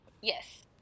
Yes